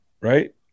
right